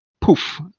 poof